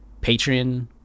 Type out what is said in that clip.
Patreon